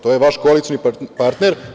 To je vaš koalicioni partner.